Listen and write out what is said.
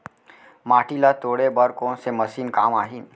माटी ल तोड़े बर कोन से मशीन काम आही?